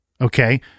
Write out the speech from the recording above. Okay